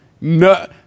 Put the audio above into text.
No